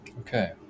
Okay